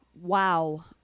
Wow